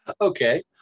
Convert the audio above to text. Okay